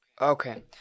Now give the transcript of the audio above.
Okay